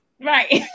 right